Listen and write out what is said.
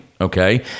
okay